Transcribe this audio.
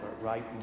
right